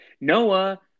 Noah